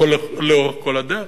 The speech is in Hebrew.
לאורך כל הדרך,